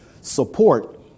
support